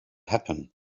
happen